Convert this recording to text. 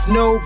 no